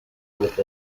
with